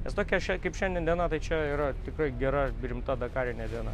nes tokia šia kaip šiandien diena tai čia yra tikrai gera rimta dakare ne viena